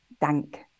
dank